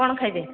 କ'ଣ ଖାଇବେ